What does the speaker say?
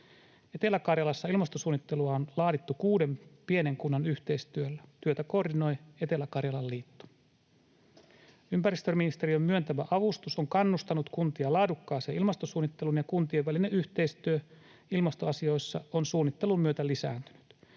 Etelä-Karjalassa ilmastosuunnittelua on laadittu kuuden pienen kunnan yhteistyöllä. Työtä koordinoi Etelä-Karjalan liitto. Ympäristöministeriön myöntämä avustus on kannustanut kuntia laadukkaaseen ilmastosuunnitteluun, ja kuntien välinen yhteistyö ilmastoasioissa on suunnittelun myötä lisääntynyt.